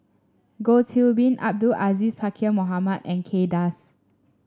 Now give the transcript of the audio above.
Goh Qiu Bin Abdul Aziz Pakkeer Mohamed and Kay Das